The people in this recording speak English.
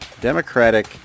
Democratic